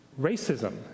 Racism